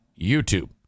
YouTube